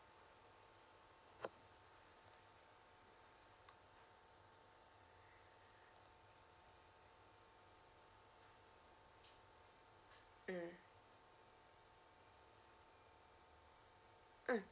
mm mm